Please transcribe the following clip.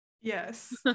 yes